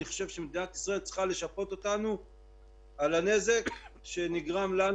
אני חושב שמדינת ישראל צריכה לשפות אותנו על הנזק שנגרם לנו